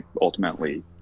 ultimately